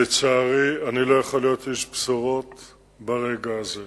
לצערי אני לא יכול להיות איש בשורות ברגע הזה.